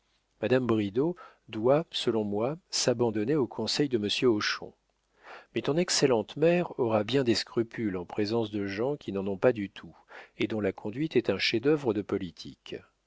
madame bridau doit selon moi s'abandonner aux conseils de monsieur hochon mais ton excellente mère aura bien des scrupules en présence de gens qui n'en ont pas du tout et dont la conduite est un chef-d'œuvre de politique